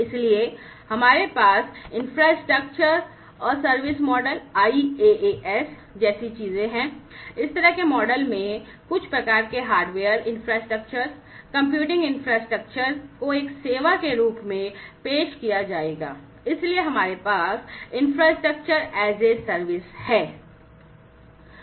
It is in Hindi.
इसलिए हमारे पास infrastructure a service model IaaS जैसी चीजें हैं इस तरह के मॉडल में कुछ प्रकार के हार्डवेयर इन्फ्रास्ट्रक्चर कंप्यूटिंग इन्फ्रास्ट्रक्चर को एक सेवा के रूप में पेश किया जाएगा इसलिए हमारे पास infrastructure as a service